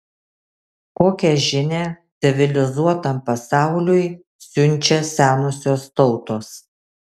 kokią žinią civilizuotam pasauliui siunčia senosios tautos